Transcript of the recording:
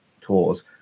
tours